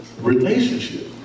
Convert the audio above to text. Relationship